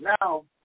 now